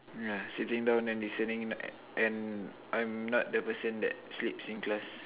yeah sitting down then listening and I'm not the person that sleeps in class